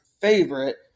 favorite